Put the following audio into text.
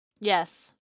Yes